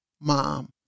mom